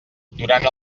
durant